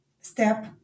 step